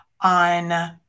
on